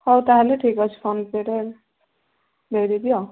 ହଉ ତା'ହେଲେ ଠିକ୍ ଅଛି ଫୋନ୍ ପେରେ ଦେଇଦେବି ଆଉ